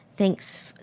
Thanks